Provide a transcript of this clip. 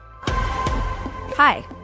Hi